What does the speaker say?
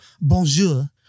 bonjour